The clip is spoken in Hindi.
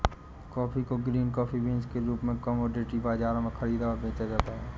कॉफी को ग्रीन कॉफी बीन्स के रूप में कॉमोडिटी बाजारों में खरीदा और बेचा जाता है